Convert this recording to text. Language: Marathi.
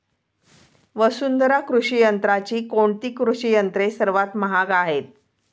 वसुंधरा कृषी यंत्राची कोणती कृषी यंत्रे सर्वात महाग आहेत?